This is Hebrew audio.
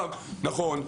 נכון,